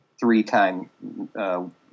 three-time